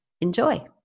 Enjoy